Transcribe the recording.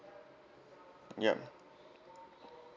yup